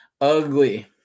ugly